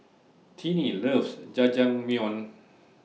Tinnie loves Jajangmyeon